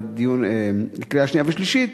לקריאה שנייה ושלישית